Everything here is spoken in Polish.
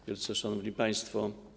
Wielce Szanowni Państwo!